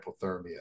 hypothermia